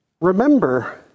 remember